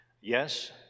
Yes